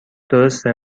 درسته